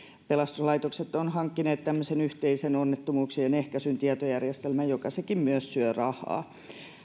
pelastuslaitokset ovat hankkineet tämmöisen yhteisen onnettomuuksien ehkäisyn tietojärjestelmän joka sekin myös syö rahaa